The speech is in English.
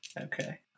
Okay